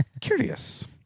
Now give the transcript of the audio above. Curious